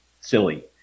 silly